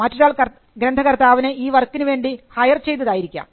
മറ്റൊരാൾ ഗ്രന്ഥ കർത്താവിനെ ഈ വർക്കിന് വേണ്ടി ഹയർ ചെയ്തതായിരിക്കാം